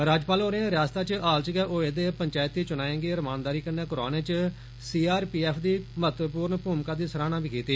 governor होरें रिआसता च हाल च गै होए दे चैती च्नाएं गी रमानदारी कन्नै करोआने च सीआरपीएफ दी महत्वपूर्ण भूमिका दी सराहना बी कीती